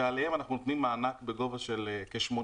ועליהן אנחנו נותנים מענק בגובה של כ-80%.